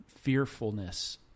fearfulness